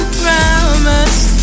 promise